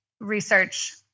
research